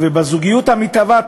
ובזוגיות המתהווה.